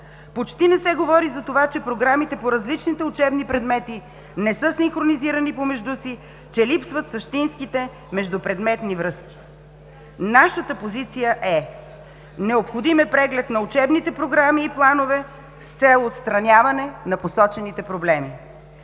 Почти не се говори за това, че програмите по различните учебни предмети не са синхронизирани помежду си, че липсват същинските междупредметни връзки. Нашата позиция е: необходим е преглед на учебните програми и планове с цел отстраняване на посочените проблеми.